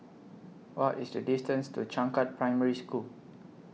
What IS The distance to Changkat Primary School